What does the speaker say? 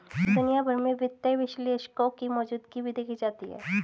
दुनिया भर में वित्तीय विश्लेषकों की मौजूदगी भी देखी जाती है